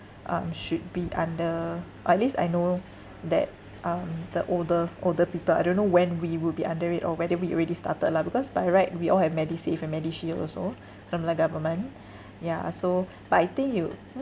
um should be under at least I know that um the older older people I don't know when we would be under it or whether we already started lah because by right we all have medisave and medishield also from the government yeah so but I think you